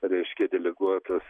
reiškia deleguotas